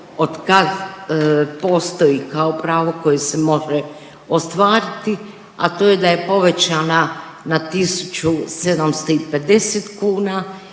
od kad postoji kao pravo koje se može ostvariti, a to je da je povećana na 1.750 kuna